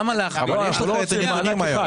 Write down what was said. יש לך את זה במענק אחד.